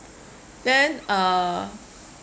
then uh